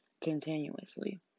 continuously